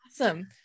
Awesome